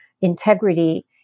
integrity